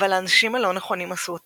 אבל האנשים הלא נכונים עשו אותה.